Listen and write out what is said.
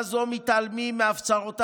מה?